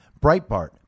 Breitbart